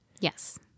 Yes